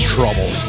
Trouble